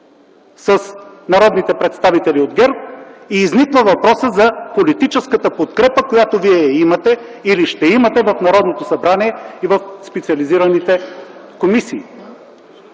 с народните представители от ГЕРБ. Изниква въпросът за политическата подкрепа, която Вие имате или ще имате в Народното събрание и в специализираните комисии.